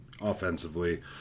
offensively